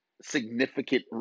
Significant